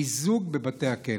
מיזוג בבתי הכלא.